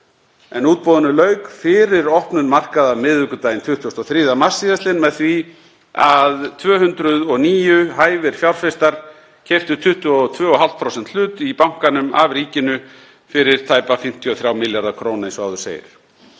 en útboðinu lauk fyrir opnun markaða miðvikudaginn 23. mars með því að 209 hæfir fjárfestar keyptu 22,5% hlut í bankanum af ríkinu fyrir tæpa 53 milljarða kr. eins og áður segir.